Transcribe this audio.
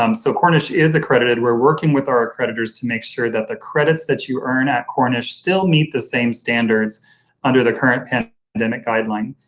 um so cornish is accredited. we're working with our accreditors to make sure that the credits that you earn at cornish still meet the same standards under the current pandemic pandemic guideline.